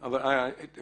אבל בכל זאת,